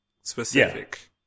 specific